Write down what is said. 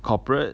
corporate